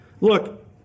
Look